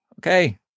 okay